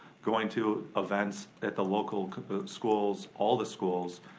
going to events at the local schools, all the schools.